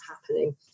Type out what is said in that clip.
happening